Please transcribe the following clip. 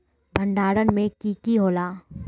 भण्डारण में की की होला?